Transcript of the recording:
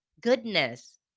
goodness